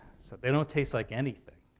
so they don't taste like anything.